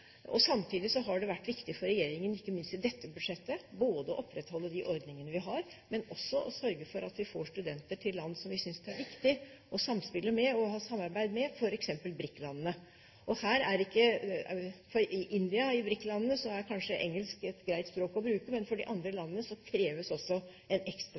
Samtidig har det vært viktig for regjeringen, ikke minst i dette budsjettet, både å opprettholde de ordningene vi har og å sørge for at vi får studenter til land som vi synes det er viktig å samspille med og ha samarbeid med, f.eks. BRIC-landene. I BRIC-landet India er kanskje engelsk et greit språk å bruke, men for de andre landene kreves også en ekstra